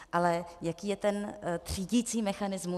Ale jaký je ten třídicí mechanismus?